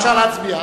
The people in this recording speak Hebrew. אפשר להצביע.